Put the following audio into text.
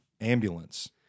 ambulance